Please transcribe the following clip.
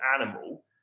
animal